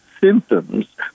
symptoms